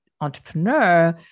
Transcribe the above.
entrepreneur